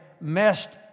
messed